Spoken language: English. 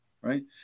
Right